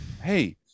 hey